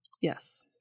Yes